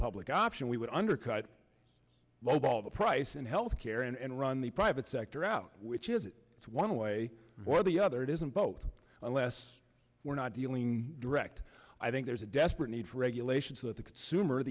public option we would undercut lowball the price in health care and run the private sector out which is one way or the other it isn't vote unless we're not dealing direct i think there's a desperate need for regulation so that the consumer